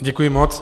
Děkuji moc.